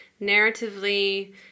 narratively